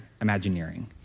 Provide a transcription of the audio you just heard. Imagineering